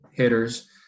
hitters